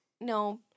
no